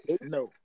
No